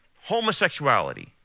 homosexuality